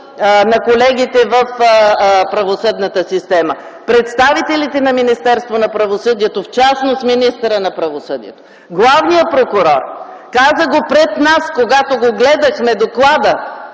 на колегите в правосъдната система – представителите на Министерството на правосъдието, в частност министъра на правосъдието; главният прокурор – каза го пред нас, когато гледахме доклада